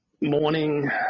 Morning